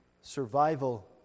survival